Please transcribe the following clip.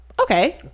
okay